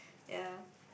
ya